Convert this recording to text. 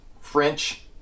French